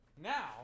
Now